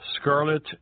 scarlet